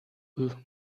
eux